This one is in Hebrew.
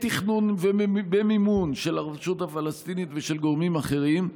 בתכנון ובמימון של הרשות הפלסטינית ושל גורמים אחרים,